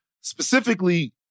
specifically